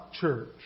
church